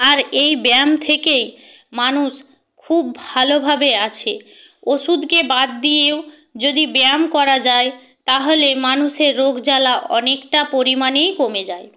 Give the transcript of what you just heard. আর এই ব্যায়াম থেকেই মানুষ খুব ভালোভাবে আছে ওষুদকে বাদ দিয়েও যদি ব্যায়াম করা যায় তাহলে মানুষের রোগজ্বালা অনেকটা পরিমাণই কমে যায়